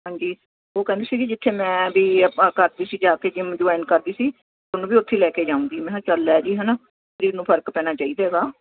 ਹਾਂਜੀ ਉਹ ਕਹਿੰਦੀ ਸੀਗੀ ਜਿੱਥੇ ਮੈਂ ਵੀ ਆਪਾਂ ਕਰਦੀ ਸੀ ਜਾ ਕੇ ਜਿੰਮ ਜੁਆਇੰਨ ਕਰਦੀ ਸੀ ਹੁਣ ਵੀ ਉੱਥੇ ਲੈ ਕੇ ਜਾਊਂਗੀ ਮੈਂ ਹਾਂ ਚੱਲ ਲੈ ਜੀ ਹੈ ਨਾ ਸਰੀਰ ਨੂੰ ਫਰਕ ਪੈਣਾ ਚਾਹੀਦਾ ਹੈਗਾ